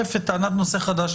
את טענת נושא חדש,